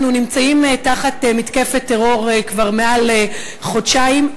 אנחנו נמצאים תחת מתקפת טרור כבר מעל חודשיים,